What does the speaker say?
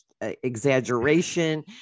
exaggeration